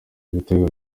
ibitego